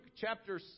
chapter